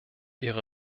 ihre